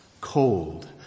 cold